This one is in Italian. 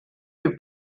più